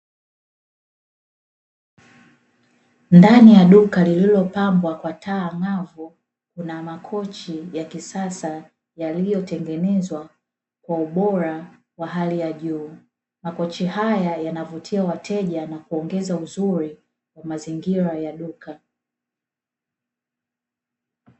Ndani ya duka lililopambwa kwa taa ang'avu, kuna makochi ya kisasa yaliyotengenezwa kwa ubora wa hali ya juu. Makochi haya yanavutia wateja na kuongeza uzuri wa mazingira ya duka.